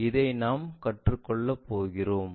இதை நாம் கற்றுக்கொள்ள போகிறோம்